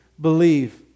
believe